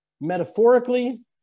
metaphorically